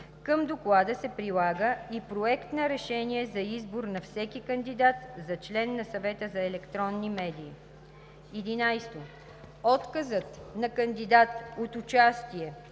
Към доклада се прилага и проект на решение за избор на всеки кандидат за член на Съвета за електронни медии. 11. Отказът на кандидат от участие